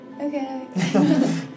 okay